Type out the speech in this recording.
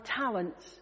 talents